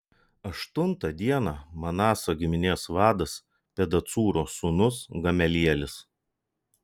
aštuntą dieną manaso giminės vadas pedacūro sūnus gamelielis